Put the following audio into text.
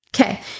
Okay